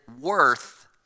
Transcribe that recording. worth